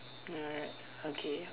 alright okay